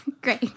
Great